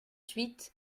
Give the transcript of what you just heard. huit